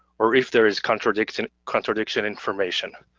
or if there is contradiction contradiction information.